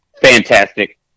fantastic